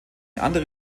andere